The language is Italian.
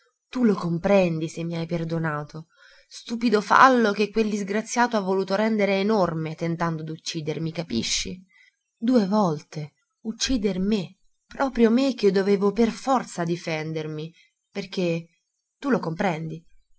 tu lo comprendi se mi hai perdonato stupido fallo che quel disgraziato ha voluto rendere enorme tentando d'uccidermi capisci due volte uccider me proprio me che dovevo per forza difendermi perché tu lo comprendi